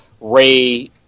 ray